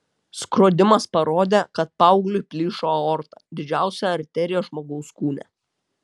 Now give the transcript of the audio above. skrodimas parodė kad paaugliui plyšo aorta didžiausia arterija žmogaus kūne